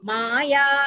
Maya